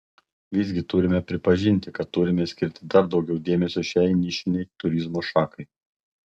visgi turime pripažinti kad turime skirti dar daugiau dėmesio šiai nišinei turizmo šakai